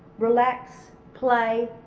relax, play,